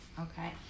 Okay